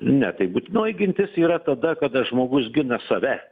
ne tai būtinoji gintis yra tada kada žmogus gina save